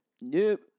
Nope